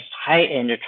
high-end